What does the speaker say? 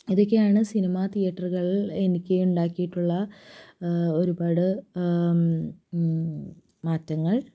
ഇതൊക്കെയാണ് സിനിമ തിയേറ്ററുകൾ എനിക്ക് ഉണ്ടാക്കിയിട്ടുള്ള ഒരുപാട് മാറ്റങ്ങൾ